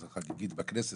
חגיגית בכנסת.